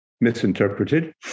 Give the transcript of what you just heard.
misinterpreted